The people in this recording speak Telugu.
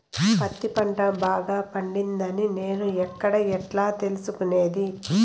పత్తి పంట బాగా పండిందని నేను ఎక్కడ, ఎట్లా తెలుసుకునేది?